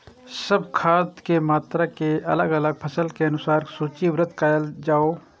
सब खाद के मात्रा के अलग अलग फसल के अनुसार सूचीबद्ध कायल जाओ?